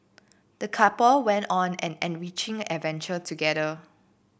the couple went on an enriching adventure together